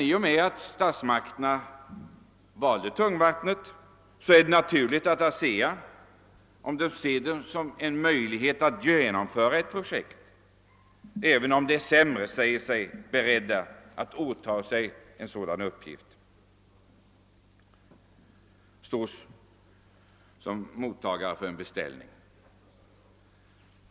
I och med att statsmakterna valde tungvattenalternativet var det emellertid naturligt att ASEA — för att över huvud taget ha möjlighet att genomföra ett projekt, även om förutsättningarna var sämre — förklarade sig berett ati stå som mottagare för en beställning.